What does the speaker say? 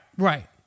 Right